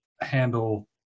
handle